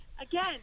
Again